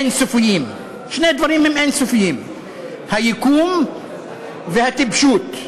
אין-סופיים: היקום והטיפשות,